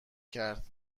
کرد